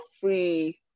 free